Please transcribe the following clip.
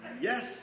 Yes